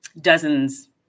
dozens